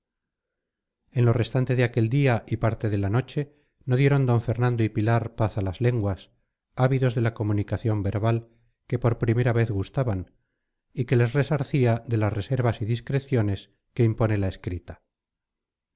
en lo restante de aquel día y parte de la noche no dieron d fernando y pilar paz a las lenguas ávidos de la comunicación verbal que por primera vez gustaban y que les resarcía de las reservas y discreciones que impone la escrita